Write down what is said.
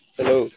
Hello